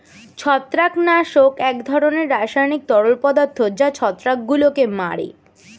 ছত্রাকনাশক এক ধরনের রাসায়নিক তরল পদার্থ যা ছত্রাকগুলোকে মারে